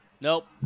Nope